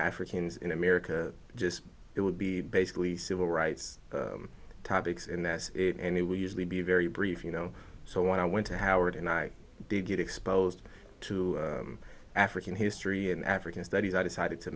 africans in america just it would be basically civil rights topics and that's it and it would usually be very brief you know so when i went to howard and i did get exposed to african history in african studies i decided to